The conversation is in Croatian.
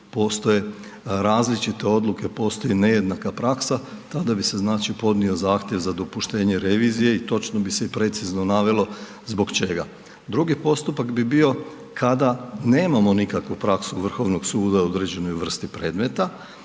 postoje različite odluke, postoji nejednaka praksa, tada bi se znači podnio zahtjev za dopuštenje revizije i točno bi se i precizno navelo zbog čega. Drugi postupak bi bio kada nemamo nikakvu praksu Vrhovnog suda u određenoj vrsti predmeta.